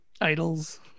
Idols